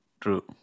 True